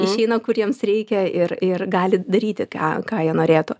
išeina kur jiems reikia ir ir gali daryti ką ką jie norėtų